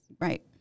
right